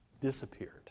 disappeared